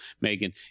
Megan